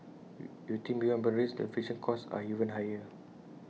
you you think beyond boundaries the friction costs are even higher